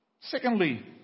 Secondly